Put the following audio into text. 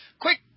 quick